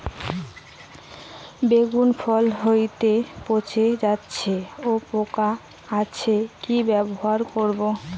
বেগুনের ফল হতেই পচে যাচ্ছে ও পোকা ধরছে কি ব্যবহার করব?